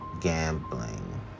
gambling